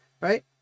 right